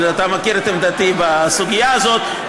אבל אתה מכיר את עמדתי בסוגיה הזאת,